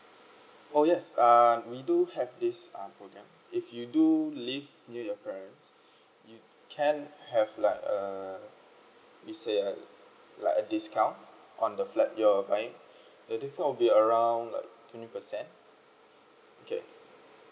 oh yes err we do have this err program if you do live with your parents you can have like err we say uh like discount on the flat your buy the discount will be around like twenty percent okay